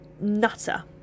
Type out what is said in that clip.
nutter